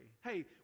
Hey